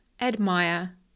admire